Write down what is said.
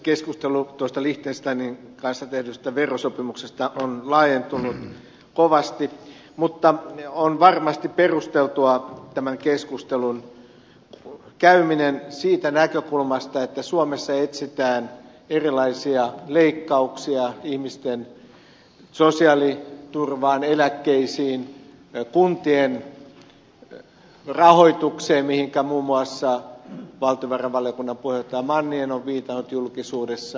keskustelu liechtensteinin kanssa tehdystä verosopimuksesta on laajentunut kovasti mutta on varmasti perusteltua tämän keskustelun käyminen siitä näkökulmasta että suomessa etsitään erilaisia leikkauksia ihmisten sosiaaliturvaan eläkkeisiin kuntien rahoitukseen mihinkä muun muassa valtiovarainvaliokunnan puheenjohtaja manninen on viitannut julkisuudessa